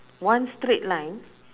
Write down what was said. one straight line